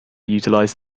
utilize